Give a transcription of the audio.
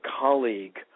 colleague